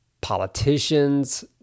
politicians